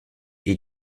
est